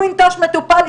הוא ייטוש מטופל,